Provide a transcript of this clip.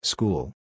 School